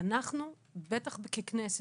ואנחנו בטח ככנסת,